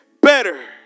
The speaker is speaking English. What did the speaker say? better